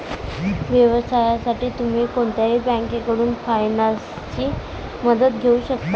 व्यवसायासाठी तुम्ही कोणत्याही बँकेकडून फायनान्सची मदत घेऊ शकता